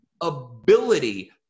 ability